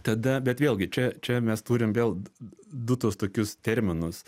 tada bet vėlgi čia čia mes turim vėl du tuos tokius terminus